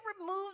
remove